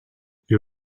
you